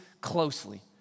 closely